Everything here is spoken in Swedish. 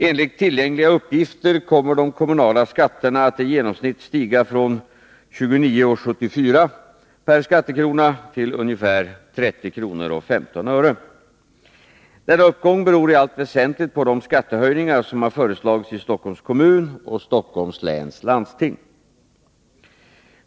Enligt tillgängliga uppgifter kommer de kommunala skatterna att i genomsnitt stiga från 29:74 kr. per skattekrona till ca 30:15. Denna uppgång beror i allt väsentligt på de skattehöjningar som föreslagits i Stockholms kommun och Stockholms läns landsting.